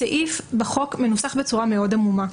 הסעיף בחוק מנוסח בצורה מאוד עמומה.